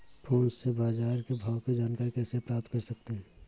Phone से बाजार के भाव की जानकारी कैसे प्राप्त कर सकते हैं?